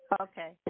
Okay